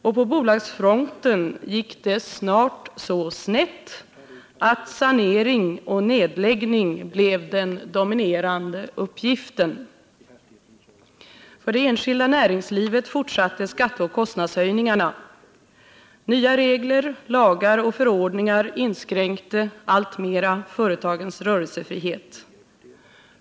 Och på bolagsfronten gick det snart så snett att planering och nedläggning blev den dominerande uppgiften. För det enskilda näringslivet fortsatte skatteoch kostnadshöjningarna. Nya regler, lagar och förordningar inskränkte allt mer företagens rörelsefrihet.